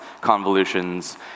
convolutions